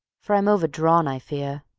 for i'm overdrawn, i fear.